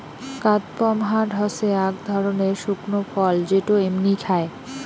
কাদপমহাট হসে আক ধরণের শুকনো ফল যেটো এমনি খায়